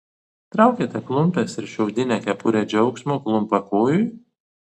traukiate klumpes ir šiaudinę kepurę džiaugsmo klumpakojui